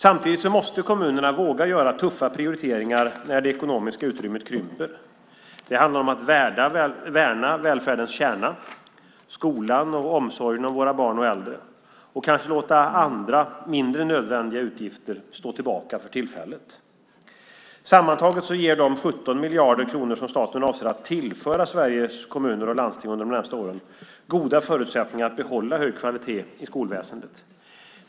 Samtidigt måste kommunerna våga göra tuffa prioriteringar när det ekonomiska utrymmet krymper. Det handlar om att värna välfärdens kärna - skolan och omsorgen om våra barn och äldre - och kanske låta andra, mindre nödvändiga, utgifter stå tillbaka för tillfället. Sammantaget ger de 17 miljarder kronor som staten avser att tillföra Sveriges kommuner och landsting under de närmaste åren goda förutsättningar att behålla hög kvalitet i skolväsendet.